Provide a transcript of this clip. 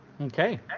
Okay